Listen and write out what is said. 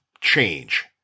change